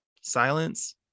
silence